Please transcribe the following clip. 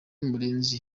murenzi